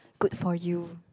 good for you